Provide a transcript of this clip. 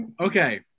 Okay